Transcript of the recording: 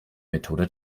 methode